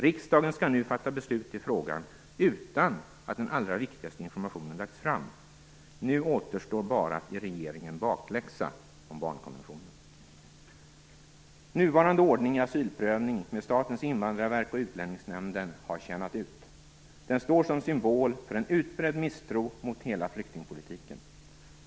Riksdagen skall nu fatta beslut i frågan utan att den allra viktigaste informationen lagts fram. Nu återstår bara att ge regeringen bakläxa om barnkonventionen. Nuvarande ordning i asylprövningen med Statens invandrarverk och Utlänningsnämnden har tjänat ut. Den står som symbol för en utbredd misstro mot hela flyktingpolitiken.